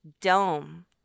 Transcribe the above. dome